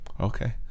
okay